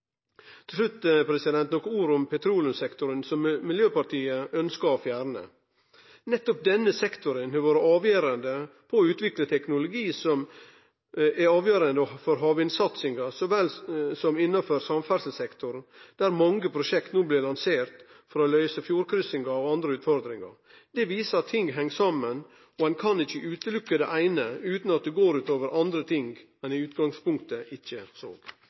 Til slutt nokre ord om petroleumssektoren som Miljøpartiet Dei Grøne ønskjer å fjerne. Nettopp denne sektoren har vore avgjerande på å utvikle teknologi som er avgjerande for havvindsatsinga så vel som innanfor samferdselssektoren, der mange prosjekt no blir lanserte for å løyse fjordkryssingar og andre utfordringar. Det viser at ting heng saman, og ein kan ikkje sjå bort frå det eine utan at det går ut over andre ting ein i utgangspunktet ikkje såg.